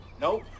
Nope